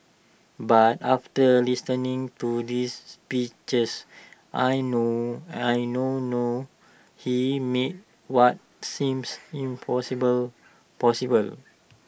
but after listening to this speeches I know I now know he made what seems impossible possible